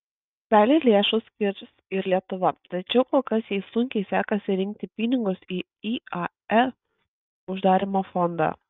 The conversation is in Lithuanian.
dalį lėšų skirs ir lietuva tačiau kol kas jai sunkiai sekasi rinkti pinigus į iae uždarymo fondą